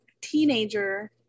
teenager